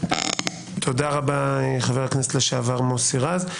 תודה רבה, חבר הכנסת לשעבר, מוסי רז.